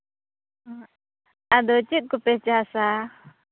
ᱚᱸᱻ ᱟᱫᱚ ᱪᱮᱫ ᱠᱚᱯᱮ ᱪᱟᱥᱼᱟ